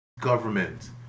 government